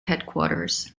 headquarters